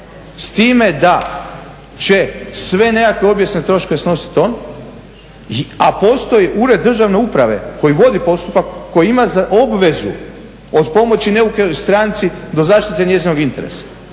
s time da će sve nekakve obijesne troškove snositi on, a postoji Ured državne uprave koji vodi postupak koji ima za obvezu od pomoći neukoj stranci do zaštite njezinog interesa.